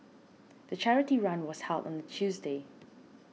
the charity run was held on a Tuesday